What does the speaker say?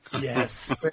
Yes